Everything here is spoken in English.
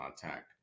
contact